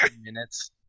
minutes